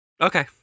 Okay